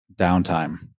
downtime